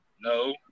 No